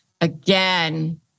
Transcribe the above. again